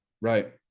right